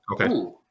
Okay